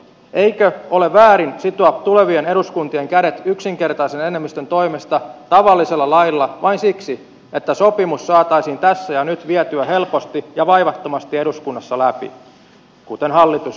eikö ole väärin sitoa tulevien eduskuntien kädet yksinkertaisen enemmistön toimesta tavallisella lailla vain siksi että sopimus saataisiin tässä ja nyt vietyä helposti ja vaivattomasti eduskunnassa läpi kuten hallitus esittää